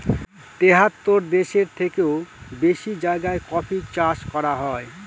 তেহাত্তর দেশের থেকেও বেশি জায়গায় কফি চাষ করা হয়